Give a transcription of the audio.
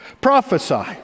Prophesy